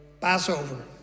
Passover